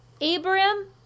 Abram